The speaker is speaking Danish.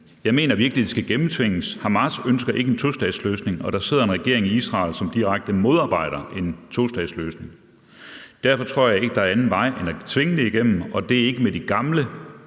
jeg mener virkelig, at det skal gennemtvinges. Hamas ønsker ikke en tostatsløsning. Og der sidder en regering i Israel, som direkte modarbejder en tostatsløsning. Derfor tror jeg ikke, der er anden vej end at tvinge det igennem, og det er ikke med de gamle